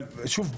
אבל שוב,